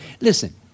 listen